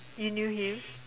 you knew him